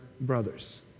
brothers